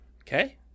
Okay